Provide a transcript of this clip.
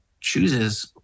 chooses